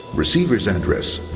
receiver's address,